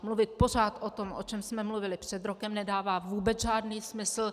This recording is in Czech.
Mluvit pořád o tom, o čem jsme mluvili před rokem, nedává vůbec žádný smysl.